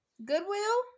goodwill